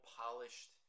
polished